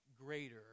greater